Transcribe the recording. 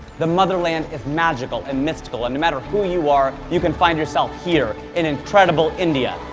the motherland is magical and mystical. and no matter who you are, you can find yourself here, in incredible india.